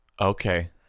Okay